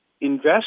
invest